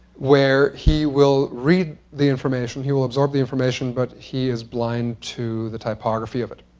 where he will read the information, he will absorb the information, but he is blind to the typography of it.